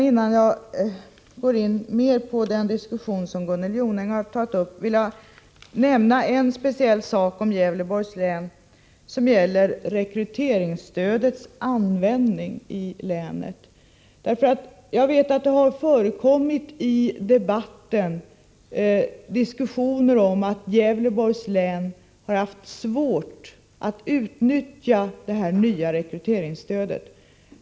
Innan jag går in på den diskussion som Gunnel Jonäng har tagit upp skulle jag vilja nämna en speciell sak beträffande Gävleborgs län, nämligen rekryteringsstödets användning i länet. Jag vet att det i debatten har förekommit diskussioner om att Gävleborgs län har haft svårt att utnyttja det nya rekryteringsstödet.